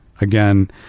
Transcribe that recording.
again